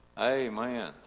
Amen